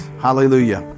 Hallelujah